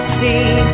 see